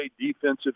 defensive